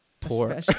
poor